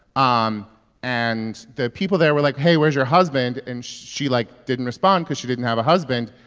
ah um and the people there were like, hey, where's your husband? and she, like, didn't respond cause she didn't have a husband.